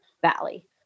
Valley